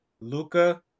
Luca